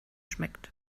schmeckt